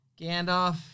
Gandalf